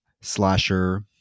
slasher